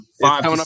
five